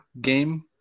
game